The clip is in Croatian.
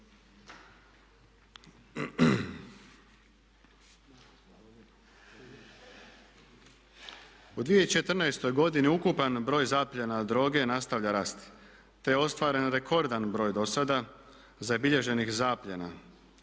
U 2014. godini ukupan broj zapljena droge nastavlja rasti te je ostvaren rekordan broj do sada zabilježenih zapljena